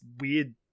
weird